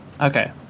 Okay